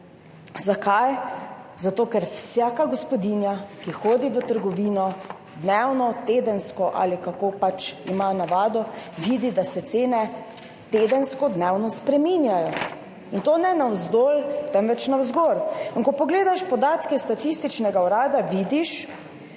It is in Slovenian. Zakaj? Zato, ker vsaka gospodinja, ki hodi v trgovino dnevno, tedensko ali kako pač ima navado, vidi, da se cene dnevno, tedensko spreminjajo, in to ne navzdol, temveč navzgor. In ko pogledaš podatke Statističnega urada